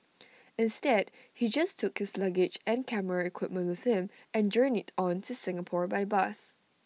instead he just took his luggage and camera equipment with him and journeyed on to Singapore by bus